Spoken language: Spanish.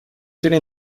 tiene